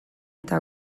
eta